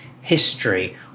history